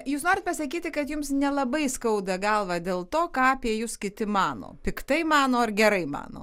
jūs norit pasakyti kad jums nelabai skauda galvą dėl to ką apie jus kiti mano piktai mano ar gerai mano